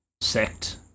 sect